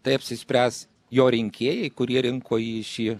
tai apsispręs jo rinkėjai kurie rinko į šį